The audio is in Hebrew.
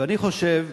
ואני חושב,